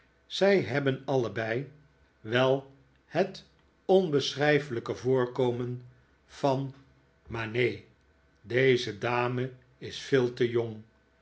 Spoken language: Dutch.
zij hebben allebei wel hetzelfde onbeschrijfelijke voorkomen van maar neen deze dame is veel te jong